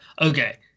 Okay